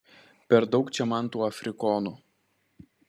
per daug čia man tų afrikonų